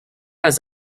was